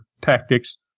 tactics